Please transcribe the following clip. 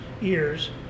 ears